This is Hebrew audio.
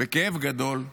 בכאב גדול,